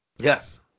Yes